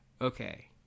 okay